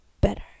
better